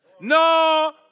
No